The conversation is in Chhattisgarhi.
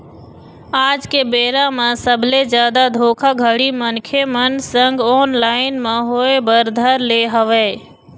आज के बेरा म सबले जादा धोखाघड़ी मनखे मन संग ऑनलाइन म होय बर धर ले हवय